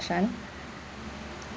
should I